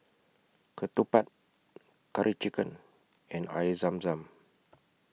Ketupat Curry Chicken and Air Zam Zam